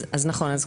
אני שואל,